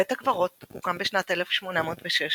בית הקברות הוקם בשנת 1806